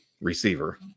receiver